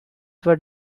were